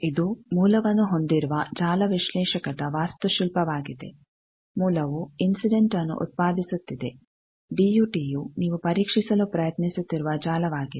ಇದು ಮೂಲವನ್ನು ಹೊಂದಿರುವ ಜಾಲ ವಿಶ್ಲೇಷಕದ ವಾಸ್ತುಶಿಲ್ಪವಾಗಿದೆ ಮೂಲವು ಇನ್ಸಿಡೆಂಟ್ನ್ನು ಉತ್ಪಾದಿಸುತ್ತಿದೆ ಡಿ ಯು ಟಿ ಯು ನೀವು ಪರೀಕ್ಷಿಸಲು ಪ್ರಯತ್ನಿಸುತ್ತಿರುವ ಜಾಲವಾಗಿದೆ